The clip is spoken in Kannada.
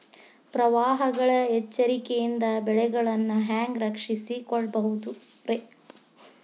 ಪ್ರವಾಹಗಳ ಎಚ್ಚರಿಕೆಯಿಂದ ಬೆಳೆಗಳನ್ನ ಹ್ಯಾಂಗ ರಕ್ಷಿಸಿಕೊಳ್ಳಬಹುದುರೇ?